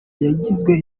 yagizwe